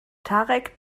tarek